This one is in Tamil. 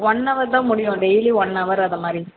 ஒன் ஹவர் தான் முடியும் டெய்லியும் ஒன் ஹவர் அது மாதிரி